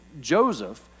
Joseph